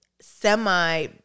semi